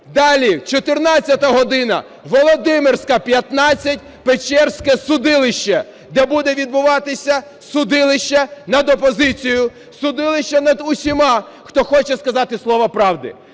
Далі, 14 година, Володимирська 15, "печерське судилище", де буде відбуватися судилище над опозицією, судилище над усіма, хто хоче сказати слово правди.